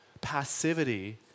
Passivity